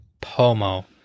Pomo